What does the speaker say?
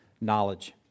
knowledge